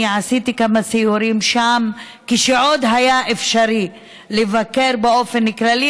אני עשיתי כמה סיורים שם כשעוד היה אפשרי לבקר באופן כללי,